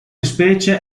specie